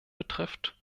betrifft